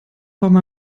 braucht